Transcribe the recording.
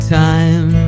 time